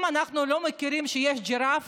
אם אנחנו לא מכירים בכך שיש ג'ירפה,